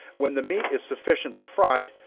when the meat is sufficiently fried,